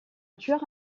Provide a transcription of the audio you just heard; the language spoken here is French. tueur